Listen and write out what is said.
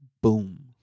Boom